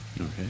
Okay